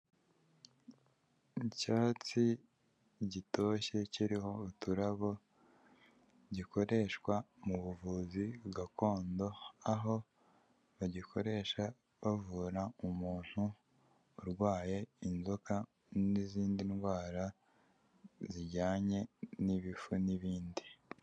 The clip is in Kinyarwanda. Icyatsi gitoshye kiriho uturabo gikoreshwa mu buvuzi gakondo, aho bagikoresha bavura umuntu urwaye inzoka n'izindi ndwara zijyanye n'ibifu n'ibindi.